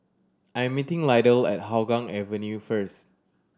I'm meeting Lydell at Hougang Avenue first